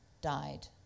died